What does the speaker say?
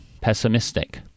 pessimistic